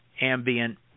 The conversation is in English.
ambient